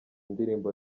indirimbo